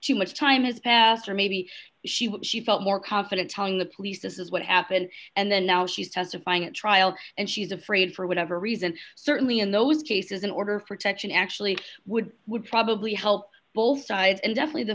too much time has passed or maybe she would she felt more confident telling the police this is what happened and then now she's testifying at trial and she's afraid for whatever reason certainly in those cases in order for attention actually would would probably help both sides and definitely the